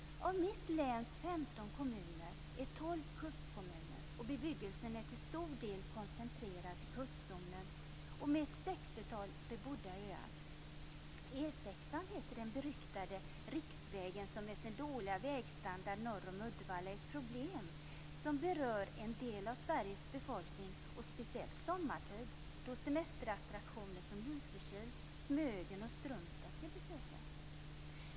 Av mitt läns 15 kommuner är 12 kustkommuner, och bebyggelsen är till stor del koncentrerad till kustzonen med ett sextiotal bebodda öar. Den beryktade vägsträckan på E 6 med sin dåliga standard norr om Uddevalla är ett problem som berör en del av Sveriges befolkning, speciellt sommartid då man besöker semesterattraktioner som Lysekil, Smögen och Strömstad.